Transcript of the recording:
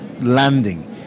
landing